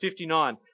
59